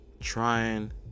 trying